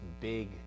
big